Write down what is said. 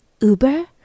Uber